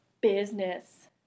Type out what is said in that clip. business